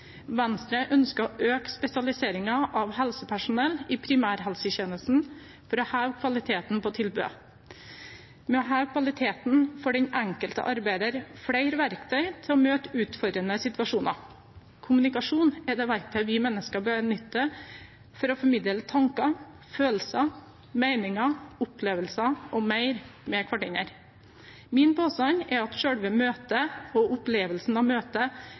Venstre ønsker å øke spesialiseringen av helsepersonell i primærhelsetjenesten for å heve kvaliteten på tilbudet ved å heve kvaliteten til den enkelte arbeider og ha flere verktøy til å møte utfordrende situasjoner. Kommunikasjon er det verktøyet vi mener skal benyttes for å formidle tanker, følelser, meninger, opplevelser og mer med hverandre. Min påstand er at selve møtet og opplevelsen av møtet